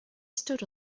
stood